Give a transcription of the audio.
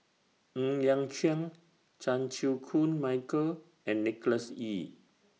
Ng Liang Chiang Chan Chew Koon Michael and Nicholas Ee